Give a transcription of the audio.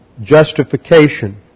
Justification